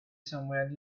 somewhere